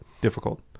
difficult